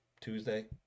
tuesday